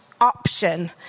option